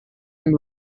and